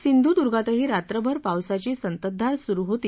सिंधुदुर्गातही रात्रभर पावसाची संततधार सुरू होती